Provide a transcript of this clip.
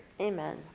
Amen